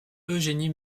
eugénie